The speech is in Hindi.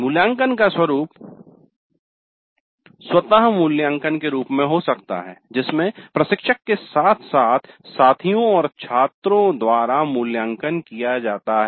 मूल्यांकन का स्वरुप स्वतः मूल्याङ्कन के रूप में हो सकता है जिसमे प्रशिक्षक के साथ साथ साथियों और छात्रों द्वारा मूल्यांकन किया जाता है